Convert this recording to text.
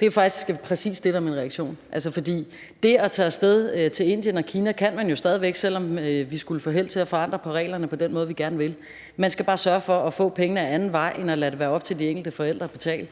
Det er jo faktisk præcis det, der er min reaktion. For det at tage af sted til Indien og Kina kan man jo stadig væk, selv om vi skulle få held til at ændre på reglerne på den måde, vi gerne vil. Man skal bare sørge for at få pengene ad anden vej end at lade det være op til de enkelte forældre at betale,